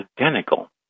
identical